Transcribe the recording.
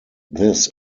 this